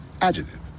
Adjective